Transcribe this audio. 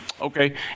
Okay